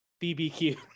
bbq